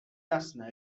jasné